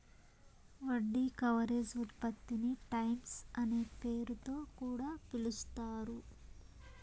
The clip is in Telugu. వడ్డీ కవరేజ్ ఉత్పత్తిని టైమ్స్ అనే పేరుతొ కూడా పిలుస్తారు